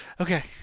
okay